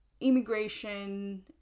immigration